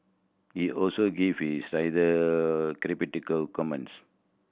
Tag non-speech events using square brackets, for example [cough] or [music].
he also gave his rather [unintelligible] comments